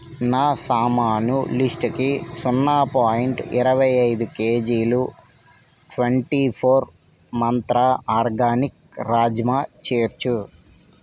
నా సామాను లిస్టు కి సున్నా పాయింట్ ఇరవై ఐదు కేజీలు twenty four Mantra organic rajma చేర్చు